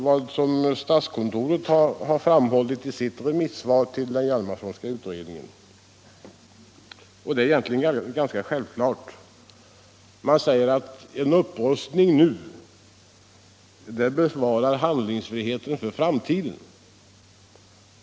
Vad statskontoret har framhållit i sitt remissvar till den Hjalmarsonska utredningen finner jag ganska självklart. Man säger där att en upprustning nu bevarar handlingsfriheten för framtiden.